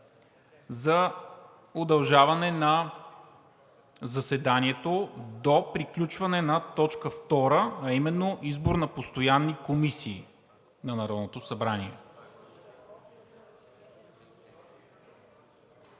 за удължаване на заседанието до приключване на точка втора, а именно – Избор на постоянни комисии на Народното събрание.